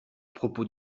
propos